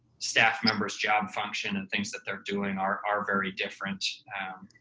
staff members job function and things that they're doing are are very different.